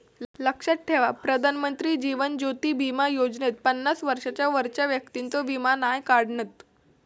लक्षात ठेवा प्रधानमंत्री जीवन ज्योति बीमा योजनेत पन्नास वर्षांच्या वरच्या व्यक्तिंचो वीमो नाय काढणत